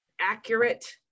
accurate